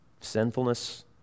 Sinfulness